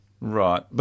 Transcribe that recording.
Right